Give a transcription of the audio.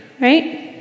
right